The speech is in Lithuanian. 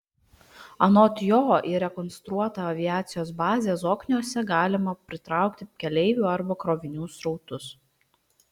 anot jo į rekonstruotą aviacijos bazę zokniuose galima pritraukti keleivių arba krovinių srautus